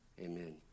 amen